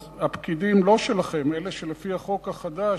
אז הפקידים, לא שלכם, אלה לפי החוק החדש,